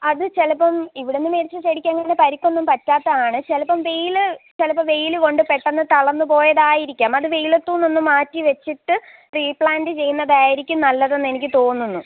അത് ചെലപ്പം ഇവിടുന്ന് മേടിച്ച ചെടിക്ക് അങ്ങനെ പരിക്കൊന്നും പറ്റാത്തതാണ് ചെലപ്പം വെയിൽ ചെലപ്പം വെയിലുകൊണ്ട് പെട്ടെന്ന് തളർന്നുപോയതായിരിക്കാം അത് വെയിലത്തുനിന്ന് ഒന്ന് മാറ്റി വെച്ചിട്ട് റീപ്ലാന്റ് ചെയ്യുന്നതായിരിക്കും നല്ലതെന്ന് എനിക്കു തോന്നുന്നു